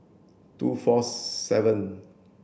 two four seven